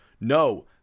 No